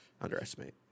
underestimate